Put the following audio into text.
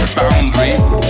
boundaries